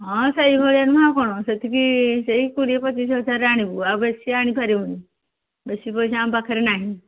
ହଁ ସେଇ ଭଳିଆ ନୁହଁ ଆଉ କ'ଣ ସେତିକି ସେଇ କୋଡ଼ିଏ ପଚିଶ ହଜାର ଆଣିବୁ ଆଉ ବେଶୀ ଆଣିପାରିବୁନି ବେଶୀ ପଇସା ଆମ ପାଖରେ ନାହିଁ